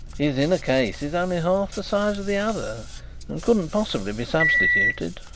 his inner case is only half the size of the other and couldn't possibly be substituted.